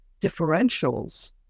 differentials